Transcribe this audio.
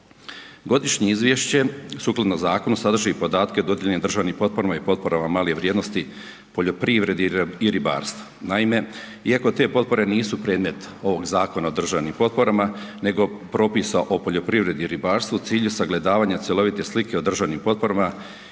Godišnje izvješće sukladno zakonu sadrži podatke o dodjelama državnih potpora i potporama male vrijednosti, poljoprivredi i ribarstvu. Naime, iako te potpore nisu predmet ovog Zakona o državnim potporama nego propisa o poljoprivredi i ribarstvu u cilju sagledavanja cjelovite slike o državnim potporama